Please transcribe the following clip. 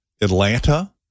Atlanta